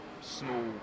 small